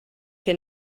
que